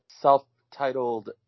self-titled